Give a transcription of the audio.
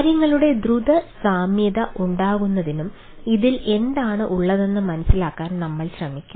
കാര്യങ്ങളുടെ ദ്രുത സാമ്യത ഉണ്ടാക്കുന്നതിനും ഇതിൽ എന്താണ് ഉള്ളതെന്ന് മനസിലാക്കാൻ നമ്മൾ ശ്രമിക്കും